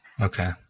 Okay